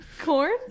Corn